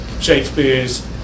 Shakespeare's